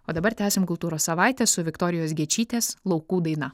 o dabar tęsiam kultūros savaitę su viktorijos gečytės laukų daina